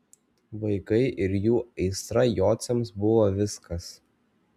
vaikai ir jų aistra jociams buvo viskas